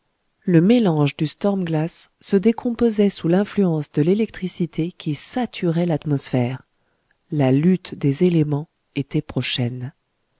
le mélange du storm glass se décomposait sous l'influence de l'électricité qui saturait l'atmosphère la lutte des éléments était prochaine